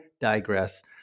digress